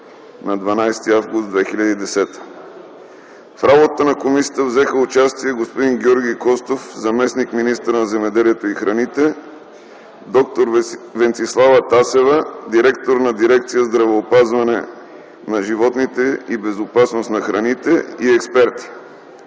В работата на комисията взеха участие господин Георги Костов – заместник-министър на земеделието и храните, д-р Венцислава Тасева – директор на Дирекция „Здравеопазване на животните и безопасност на храните” и експерти.